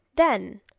then,